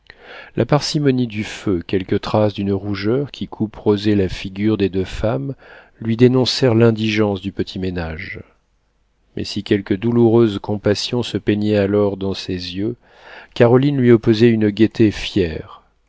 la parcimonie du feu quelques traces d'une rougeur qui couperosait la figure des deux femmes lui dénoncèrent l'indigence du petit ménage mais si quelque douloureuse compassion se peignait alors dans ses yeux caroline lui opposait une gaieté fière